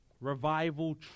Revival